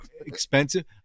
expensive